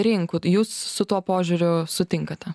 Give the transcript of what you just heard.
rinkų jūs su tuo požiūriu sutinkate